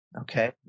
okay